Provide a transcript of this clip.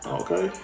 okay